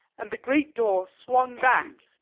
and the great door swung back.